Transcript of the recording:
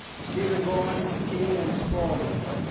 stephen vaughn, king and spalding.